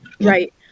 Right